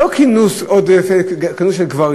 לא כינוס של גברים,